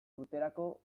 urterako